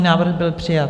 Návrh byl přijat.